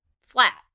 flat